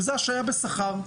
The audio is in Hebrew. וזה השעיה בשכר.